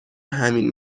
همین